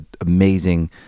amazing